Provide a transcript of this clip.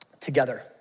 together